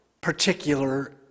particular